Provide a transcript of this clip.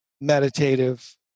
meditative